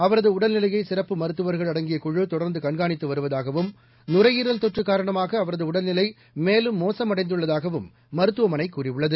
அவரது உடல்நிலையை சிறப்பு மருத்துவர்கள் அடங்கிய குழு தொடர்ந்து கண்காணித்து வருவதாகவும் நுரையீரல் தொற்று காரணமாக அவரது உடல்நிலை மேலும் மோசமடைந்துள்ளதாகவும் மருத்துவமனை கூறியுள்ளது